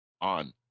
on